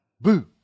Boo